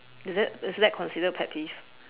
is that is that considered pet peeve